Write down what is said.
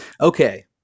Okay